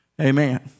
Amen